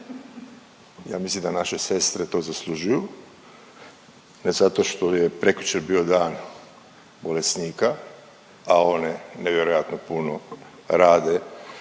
Ja mislim da naše sestre to zaslužuju, ne zato što je prekjučer bio Dan bolesnika, a one nevjerojatno puno rade